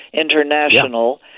International